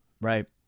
Right